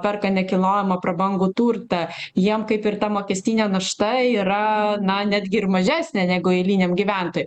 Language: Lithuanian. perka nekilnojamą prabangų turtą jiem kaip ir ta mokestinė našta yra na netgi ir mažesnė negu eiliniam gyventojui